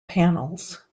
panels